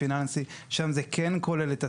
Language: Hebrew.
הפיננסי שם זה כן כולל את התנועות,